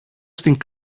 στην